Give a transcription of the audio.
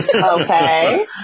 okay